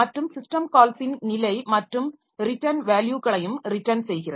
மற்றும் சிஸ்டம் கால்ஸின் நிலை மற்றும் ரிட்டன் வேல்யுகளையும் ரிட்டன் செய்கிறது